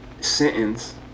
sentence